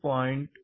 15